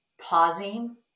pausing